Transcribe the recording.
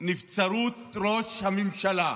נבצרות ראש הממשלה,